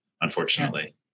unfortunately